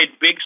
big